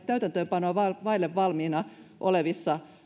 täytäntöönpanoa vaille valmiina olevissa